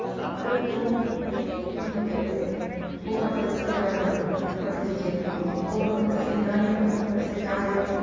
अत्र तु किम् इत्युक्ते पूगफलस्य वदति चेदपि पूगफलस्य इदानीं पूगफलस्य चायं